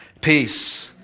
peace